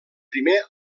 primer